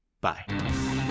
Bye